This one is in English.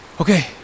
okay